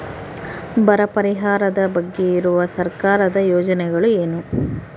ಬರ ಪರಿಹಾರದ ಬಗ್ಗೆ ಇರುವ ಸರ್ಕಾರದ ಯೋಜನೆಗಳು ಏನು?